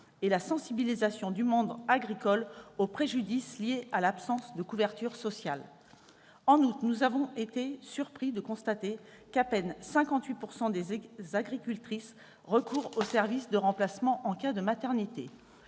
sur la sensibilisation du monde agricole au préjudice lié à l'absence de couverture sociale. En outre, nous avons été surpris de constater qu'à peine 58 % des agricultrices recourent au service de remplacement en cas de maternité.